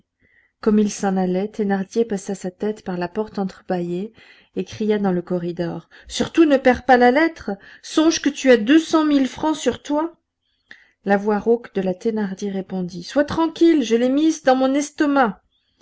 comme ils s'en allaient thénardier passa sa tête par la porte entrebâillée et cria dans le corridor surtout ne perds pas la lettre songe que tu as deux cent mille francs sur toi la voix rauque de la thénardier répondit sois tranquille je l'ai mise dans mon estomac